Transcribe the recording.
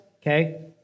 okay